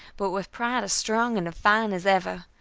but with pride as strong and defiant as ever.